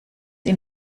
ihn